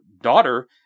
daughter